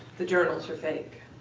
the journals are fake.